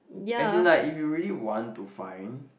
as in like if you really want to find